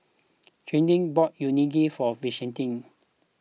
Chauncy bought Unagi for Vashti